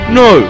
no